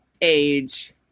age